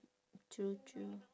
true true